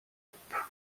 groupe